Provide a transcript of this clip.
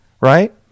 right